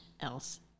else